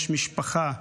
יש משפחה,